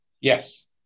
Yes